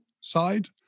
side